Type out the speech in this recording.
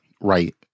Right